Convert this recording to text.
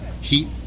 heat